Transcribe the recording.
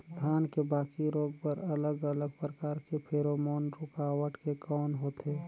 धान के बाकी रोग बर अलग अलग प्रकार के फेरोमोन रूकावट के कौन होथे?